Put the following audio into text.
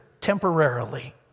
temporarily